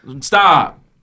Stop